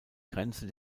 grenze